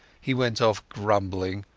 he went off grumbling,